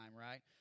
right